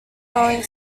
mowing